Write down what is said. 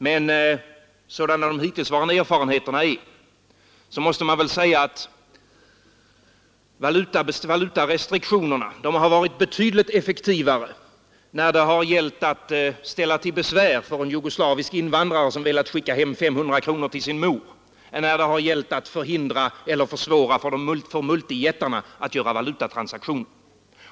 Men sådana de hittillsvarande erfarenheterna är måste man väl säga att valutarestriktionerna har varit betydligt effektivare när det gällt att ställa till besvär för en jugoslavisk invandrare som velat skicka hem 500 kronor till sin mor än när det gällt att förhindra eller försvåra för multijättarna att göra valutatransaktioner.